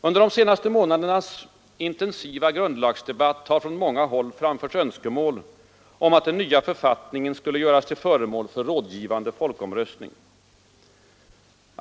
Under de senaste månadernas intensiva grundlagsdebatt har från många håll framförts önskemål om att den nya författningen skulle göras till föremål för rådgivande folkomröstning.